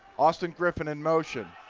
austin griffin in motion.